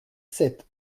sept